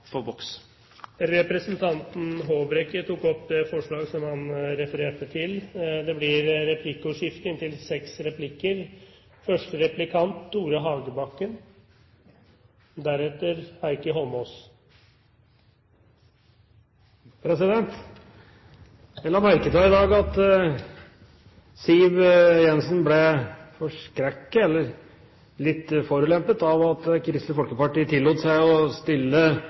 Representanten Øyvind Håbrekke har tatt opp det forslaget som han refererte til. Det blir replikkordskifte. Jeg la i dag merke til at Siv Jensen ble forskrekket, eller litt forulempet, av at Kristelig Folkeparti tillot seg å